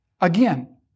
Again